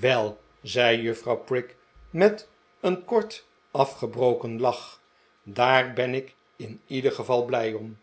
wel zei juffrouw prig met een kort afgebroken lach daar ben ik in ieder geval blij om